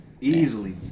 Easily